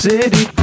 City